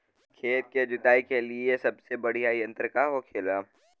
खेत की जुताई के लिए सबसे बढ़ियां यंत्र का होखेला?